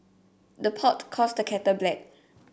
the pot calls the kettle black